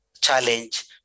challenge